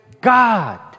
God